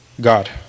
God